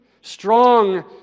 strong